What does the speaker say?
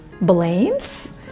blames